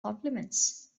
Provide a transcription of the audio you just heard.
compliments